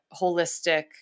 holistic